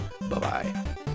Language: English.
Bye-bye